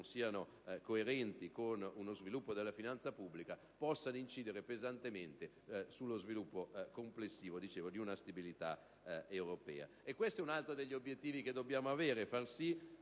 non coerenti con uno sviluppo della finanza pubblica possano incidere pesantemente sullo sviluppo complessivo di una stabilità europea. Un altro obiettivo che dobbiamo porci è far sì